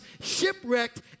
shipwrecked